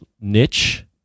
niche